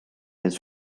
his